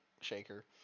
shaker